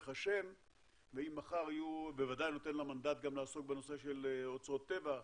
השם ובוודאי נותן לה מנדט גם לעסוק בנושא של אוצרות טבע.